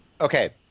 okay